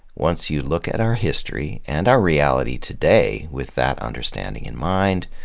once you look at our history and our reality today, with that understanding in mind,